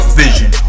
vision